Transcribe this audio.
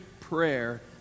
prayer